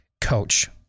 coach